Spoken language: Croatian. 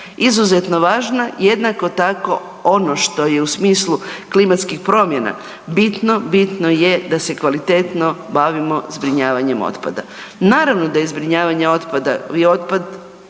izuzetno važna. Jednako tako ono što je u smislu klimatskih promjena bitno, bitno je da se kvalitetno bavimo zbrinjavanjem otpada. Naravno da je zbrinjavanje otpada, vi otpad